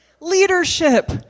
leadership